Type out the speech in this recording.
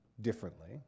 differently